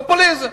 פופוליזם.